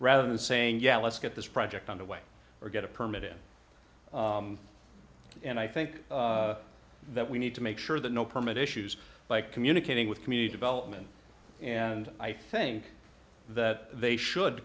rather than saying yeah let's get this project underway or get a permit in and i think that we need to make sure that no permit issues by communicating with community development and i think that they should